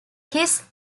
his